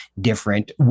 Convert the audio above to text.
different